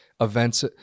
events